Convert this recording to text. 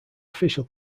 official